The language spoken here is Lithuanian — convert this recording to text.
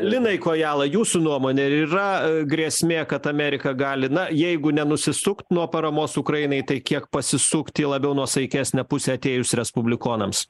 linai kojala jūsų nuomone yra grėsmė kad amerika gali na jeigu nenusisukt nuo paramos ukrainai tai kiek pasisukti į labiau nuosaikesnę pusę atėjus respublikonams